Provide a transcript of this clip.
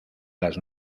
las